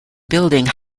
building